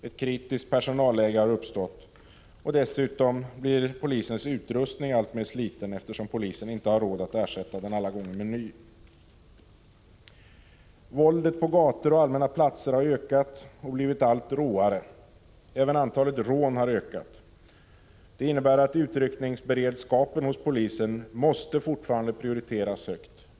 Ett kritiskt personalläge har uppstått. Dessutom blir polisens utrustning alltmer sliten eftersom polisen inte alla gånger har råd att ersätta den med ny. Våldet på gator och allmänna platser har ökat och blivit allt råare. Även antalet rån har ökat. Det innebär att utryckningsberedskapen hos polisen fortfarande måste prioriteras högt.